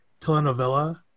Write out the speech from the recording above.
telenovela